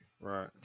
right